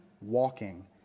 walking